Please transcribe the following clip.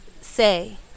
say